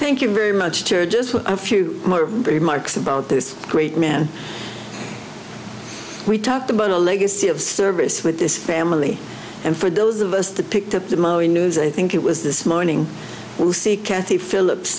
thank you very much or just a few more remarks about this great man we talked about a legacy of service with this family and for those of us the picked up tomorrow in news i think it was this morning we'll see kathy philips